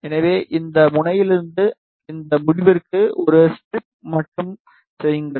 எனவே இந்த முனையிலிருந்து இந்த முடிவுக்கு ஒரு ஸ்ட்ரிப் மட்டும் செய்யுங்கள்